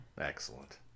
Excellent